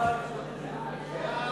חוק